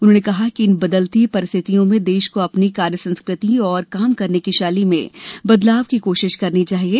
उन्होंने कहा कि इन बदलती परिस्थितियों में देश को अपनी कार्य संस्कृति और काम करने की शैली में बदलाव की कोशिश करनी चाहिये